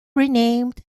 renamed